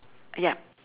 yup